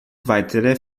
weitere